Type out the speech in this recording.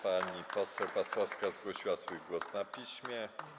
Pani poseł Pasławska zgłosiła swój głos na piśmie.